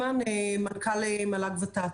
מנכ"ל מל"ג-ות"ת.